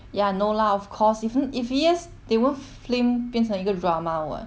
ya no lah of course if if he is they won't fling 变成一个 drama what